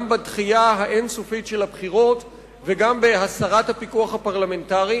גם בדחייה האין-סופית של הבחירות וגם בהסרת הפיקוח הפרלמנטרי.